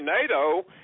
NATO